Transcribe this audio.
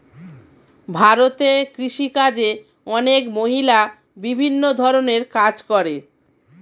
ভারতে কৃষিকাজে অনেক মহিলা বিভিন্ন ধরণের কাজ করে